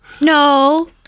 No